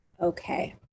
Okay